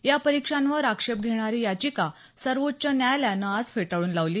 या परीक्षांवर आक्षेप घेणारी याचिका सर्वोच्च न्यायालयानं आज फेटाळून लावली